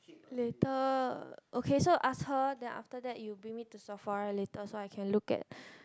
later okay so ask her then after that you bring me to Sephora later so I can look at